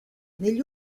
negli